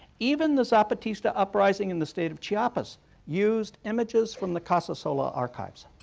even the zapatista uprising in the state of chiapas used images from the casasola archives,